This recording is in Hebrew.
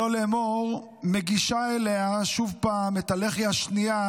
שלא לומר מגישה אליה שוב את הלחי השנייה,